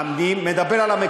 אני מדבר על,